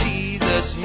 Jesus